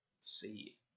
see